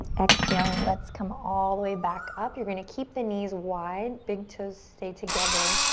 exhale, let's come all the way back up. you're gonna keep the knees wide. big toes stay together.